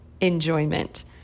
enjoyment